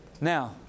Now